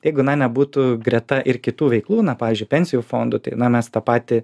jeigu na nebūtų greta ir kitų veiklų pavyzdžiui pensijų fondų tai na mes tą patį